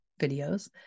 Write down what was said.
videos